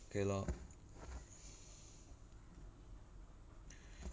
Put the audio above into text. okay lor